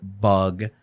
bug